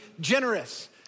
generous